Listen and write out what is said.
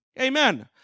Amen